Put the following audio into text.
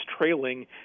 trailing